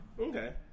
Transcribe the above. Okay